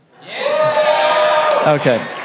Okay